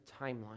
timeline